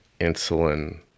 insulin